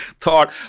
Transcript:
thought